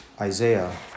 Isaiah